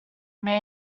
may